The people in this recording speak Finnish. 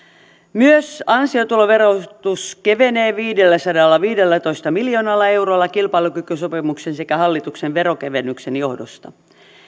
myös ansiotuloverotus kevenee viidelläsadallaviidellätoista miljoonalla eurolla kilpailukykysopimuksen sekä hallituksen veronkevennyksen johdosta